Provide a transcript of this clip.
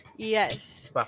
Yes